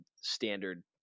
standard